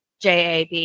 JAB